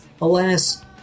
Alas